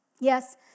Yes